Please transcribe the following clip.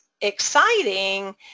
exciting